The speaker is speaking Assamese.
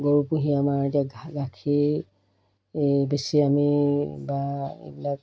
গৰু পুহি আমাৰ এতিয়া ঘা গাখীৰ এই বেচি আমি বা এইবিলাক